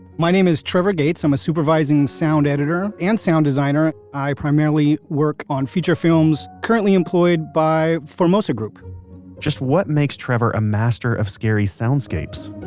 my name is trevor gates. i'm a supervising sound editor and sound designer, and i primarily work on feature films, currently employed by formosa group just what makes trevor a master of scary soundscapes?